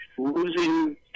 Losing